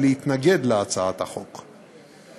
היא להתנגד להצעת החוק.